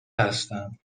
هستم